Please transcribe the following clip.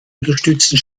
unterstützten